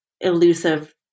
elusive